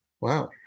wow